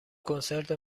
کنسرت